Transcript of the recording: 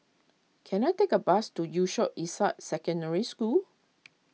can I take a bus to Yusof Ishak Secondary School